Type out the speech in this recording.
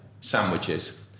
sandwiches